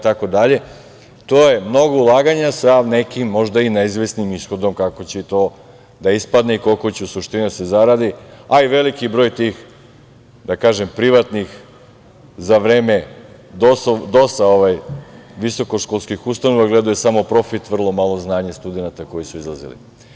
To je mnogo ulaganja, sa nekim možda i neizvesnim ishodom kako će to da ispadne i koliko će u suštini da se zaradi, a i veliki broj tih privatnih visokoškolskih ustanova za vreme DOS-a gledale su samo profit, vrlo malo znanje studenata koji su izlazili.